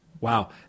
Wow